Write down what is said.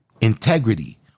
integrity